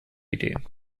idee